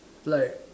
like